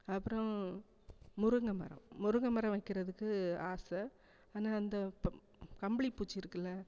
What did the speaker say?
அப்புறம் முருங்கை மரம் முருங்கை மரம் வைக்கிறதுக்கு ஆசை ஆனால் இந்த இப்போ கம்பளி பூச்சி இருக்குல்ல